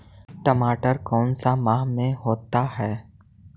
टमाटर कौन सा माह में होता है?